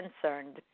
concerned